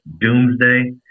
doomsday